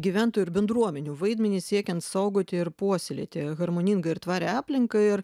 gyventojų ir bendruomenių vaidmenį siekiant saugoti ir puoselėti harmoningą ir tvarią aplinką ir